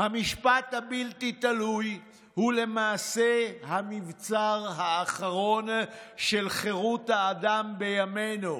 "המשפט הבלתי-תלוי הוא למעשה המבצר האחרון של חירות האדם בימינו"